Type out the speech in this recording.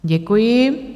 Děkuji.